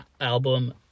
album